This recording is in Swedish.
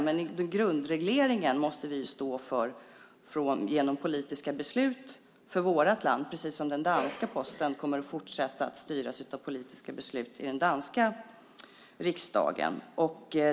Men grundregleringen måste vi stå för genom politiska beslut för vårt land, precis som den danska Posten kommer att fortsätta att styras av politiska beslut i det danska parlamentet.